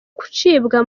gucibwa